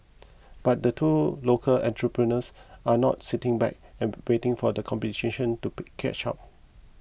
but the two local entrepreneurs are not sitting back and waiting for the competition to catch up